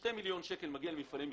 שני מיליון שקל מגיעים ממפעלי מחזור.